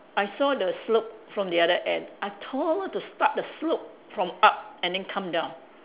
I saw the slope from the other end I told her to start the slope from up and then come down